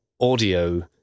audio